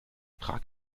prag